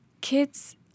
kids